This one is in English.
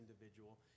individual